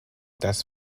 das